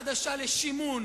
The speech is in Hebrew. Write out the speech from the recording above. שיטה חדשה לשימון,